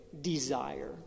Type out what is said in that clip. desire